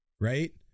right